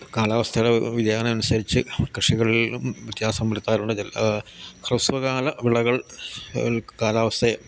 കാലാവസ്ഥ വ്യതിയാനം അനുസരിച്ച് കൃഷികളിലും വ്യത്യാസം വരുത്താറുണ്ട് ഹ്രസ്വകാല വിളകൾ കാലാവസ്ഥയെ